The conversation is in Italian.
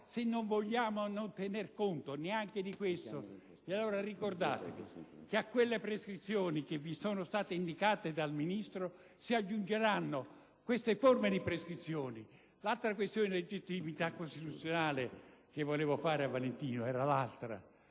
continuare senza tener conto neanche di questo, ricordate che a quelle prescrizioni che vi sono state indicate dal Ministro si aggiungeranno queste forme di prescrizioni. L'altra questione di legittimità costituzionale che desideravo muovere al